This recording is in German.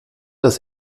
das